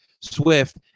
Swift